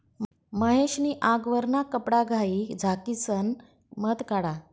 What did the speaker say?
महेश नी आगवरना कपडाघाई झाकिसन मध काढा